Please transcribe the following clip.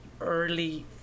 early